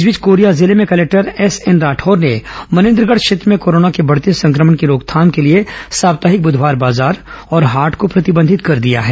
इस बीच कोरिया जिले में कलेक्टर एसएन राठौर ने मनेन्द्रगढ़ क्षेत्र में कोरोना के बढ़ते संक्रमण की रोकथाम के लिए साप्ताहिक ब्धवार बाजार और हाट को प्रतिबंधित कर दिया है